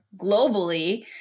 globally